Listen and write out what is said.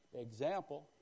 example